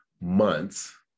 months